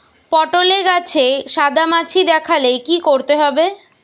পটলে গাছে সাদা মাছি দেখালে কি করতে হবে?